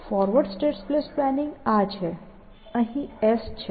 forward state space planning આ છે અહીં S છે